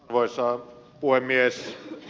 arvoisa puhemies